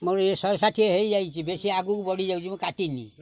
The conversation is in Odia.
ମୋର ଇଏ ଶହେ ଷାଠିଏ ହେଇଯାଇଛି ବେଶୀ ଆଗକୁ ବଢ଼ିଯାଉଛି ମୁଁ କାଟିନି